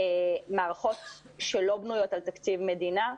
מערכות שלא בנויות על תקציב מדינה,